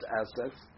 assets